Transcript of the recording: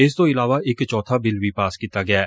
ਇਸ ਤੋਂ ਇਲਾਵਾ ਇਕ ਚੌਬਾ ਬਿੱਲ ਵੀ ਪਾਸ ਕੀਤਾ ਗਿਆ ਹੈ